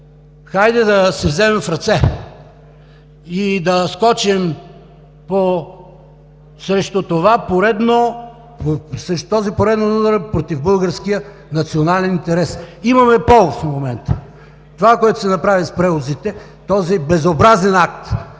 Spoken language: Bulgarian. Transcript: Хайде да се вземем в ръце и да скочим срещу този пореден удар против българския национален интерес, имаме повод в момента – това, което се направи с превозите, този безобразен акт,